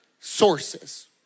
sources